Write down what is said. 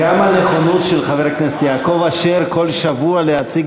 גם הנכונות של חבר הכנסת יעקב אשר כל שבוע להציג